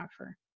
offer